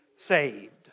Saved